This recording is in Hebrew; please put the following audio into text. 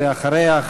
ואחריה,